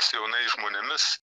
su jaunais žmonėmis